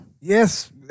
Yes